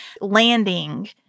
landing